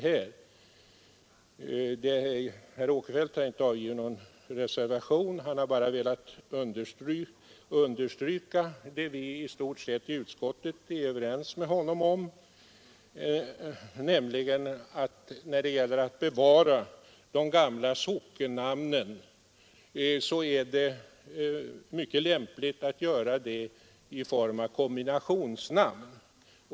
Herr Åkerfeldt har inte avgivit någon reservation, utan han ville bara understryka vad vi i utskottet i stort sett har varit överens med honom om, nämligen att när det gäller att bevara de gamla sockennamnen är det mycket lämpligt att göra det i form av kombinationsnamn.